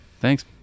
thanks